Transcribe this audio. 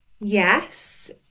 Yes